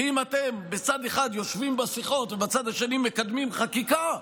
כי אם אתם בצד אחד יושבים בשיחות ובצד השני מקדמים חקיקה,